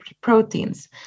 proteins